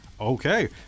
Okay